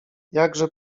jakże